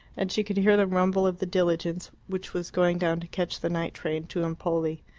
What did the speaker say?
and she could hear the rumble of the diligence which was going down to catch the night train to empoli.